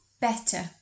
better